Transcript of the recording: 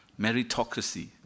meritocracy